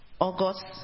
August